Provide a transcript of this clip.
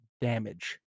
damage